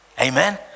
Amen